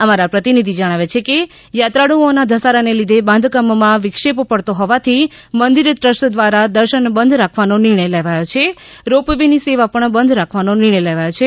અમારા પ્રતિનિધિ જણાવે છે કે યાત્રાળૂઓના ધસારાને લીધે બાંધકામમાં વિક્ષેપ પડતો હોવાથી મંદિર ટ્રસ્ટ દ્વારા દર્શન બંધ રાખવાનો નિર્ણય લેવાયો છે રોપ વે ની સેવા પણ બંધ રાખવાનો નિર્ણય લેવાયો છે